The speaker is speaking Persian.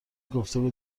گفتگو